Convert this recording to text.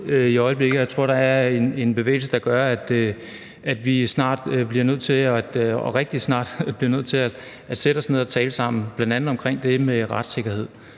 og at det er en bevægelse, der gør, at vi rigtig snart bliver nødt til at sætte os ned og tale sammen, bl.a. om det med retssikkerheden.